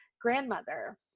grandmother